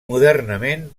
modernament